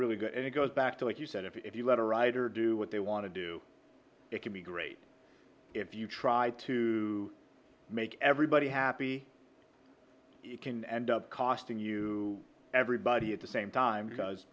really good and it goes back to like you said if you let a writer do what they want to do it can be great if you try to make everybody happy it can end up costing you everybody at the same time because